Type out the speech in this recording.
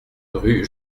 rue